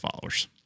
followers